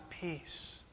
peace